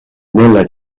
nella